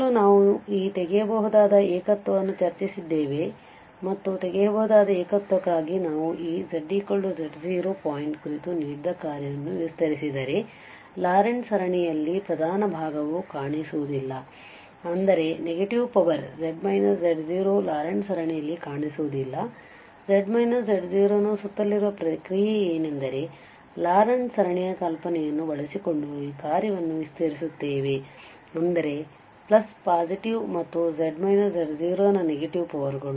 ಮೊದಲು ನಾವು ಈ ತೆಗೆಯಬಹುದಾದ ಏಕತ್ವವನ್ನು ಚರ್ಚಿಸಿದ್ದೇವೆ ಮತ್ತು ತೆಗೆಯಬಹುದಾದ ಏಕತ್ವಕ್ಕಾಗಿ ನಾವು ಈ zz0 ಪಾಯಿಂಟ್ ಕುರಿತು ನೀಡಿದ ಕಾರ್ಯವನ್ನು ವಿಸ್ತರಿಸಿದರೆ ಲಾರೆಂಟ್ ಸರಣಿಯಲ್ಲಿ ಪ್ರಧಾನ ಭಾಗವು ಕಾಣಿಸುವುದಿಲ್ಲ ಅಂದರೆ ನೆಗೆಟಿವ್ ಪವರ್ ಲಾರೆಂಟ್ ಸರಣಿಯಲ್ಲಿ ಕಾಣಿಸುವುದಿಲ್ಲ ಮತ್ತು z z0ನ ಸುತ್ತಲಿರುವ ಪ್ರಕ್ರಿಯೆ ಏನೆಂದರೆ ಲಾರೆಂಟ್ ಸರಣಿಯ ಕಲ್ಪನೆಯನ್ನು ಬಳಸಿಕೊಂಡು ಈ ಕಾರ್ಯವನ್ನು ವಿಸ್ತರಿಸುತ್ತೇವೆ ಅಂದರೆ ಪ್ಲಸ್ ಪಾಸಿಟಿವ್ ಮತ್ತು z z0 ನ ನೆಗೆಟಿವ್ ಪವರ್ ಗಳು